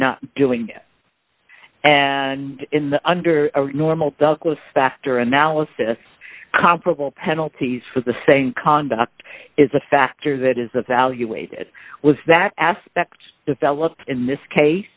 not doing it and in the under normal douglas factor analysis comparable penalties for the same conduct is a factor that is evaluated was that aspect developed in this case